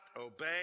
obey